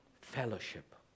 fellowship